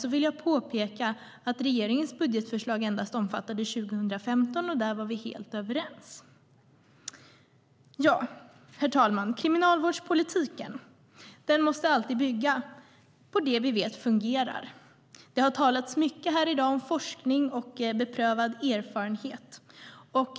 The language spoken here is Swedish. Då vill jag påpeka att regeringens budgetförslag endast omfattade 2015, och där var vi helt överens. Herr talman! Kriminalvårdspolitiken måste alltid bygga på det vi vet fungerar. Det har talats mycket här i dag om forskning och beprövad erfarenhet.